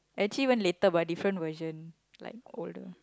actually want later but different version like older